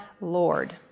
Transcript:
Lord